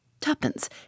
Tuppence